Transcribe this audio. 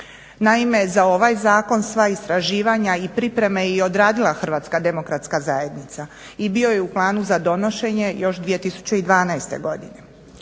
Naime za ovaj zakon, sva istraživanja i pripreme je i odradila HDZ i bio je u planu za donošenje još 2012. godine